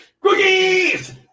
Cookies